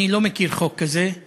אני לא מכיר חוק כזה,